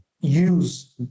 use